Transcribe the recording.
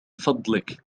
فضلك